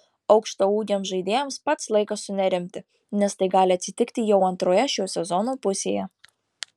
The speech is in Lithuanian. aukštaūgiams žaidėjams pats laikas sunerimti nes tai gali atsitikti jau antroje šio sezono pusėje